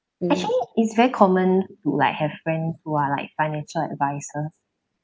actually it's very common to like have friends who are like financial advisers